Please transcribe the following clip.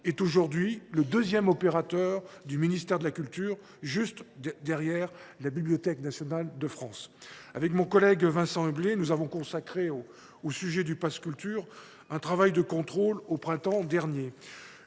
est aujourd’hui le deuxième opérateur du ministère de la culture, juste derrière la Bibliothèque nationale de France. Avec mon collègue Vincent Éblé, nous avons consacré au pass Culture un travail de contrôle budgétaire